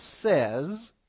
says